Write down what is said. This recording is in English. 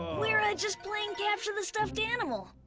we're, ah, just playing capture the stuffed animal.